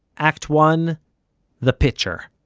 act one the pitcher